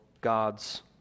God's